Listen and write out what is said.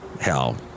Hell